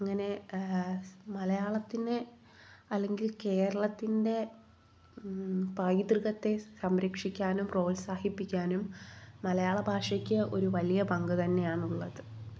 അങ്ങനെ മലയാളത്തിനെ അല്ലെങ്കിൽ കേരളത്തിന്റെ പൈതൃകത്തെ സംരക്ഷിക്കാനും പ്രോത്സാഹിപ്പിക്കാനും മലയാളഭാഷയ്ക്ക് ഒരു വലിയ പങ്കു തന്നെയാണ് ഉള്ളത്